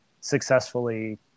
successfully